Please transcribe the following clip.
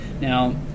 now